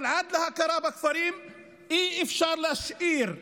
אבל עד להכרה בכפרים אי-אפשר להשאיר ילדים,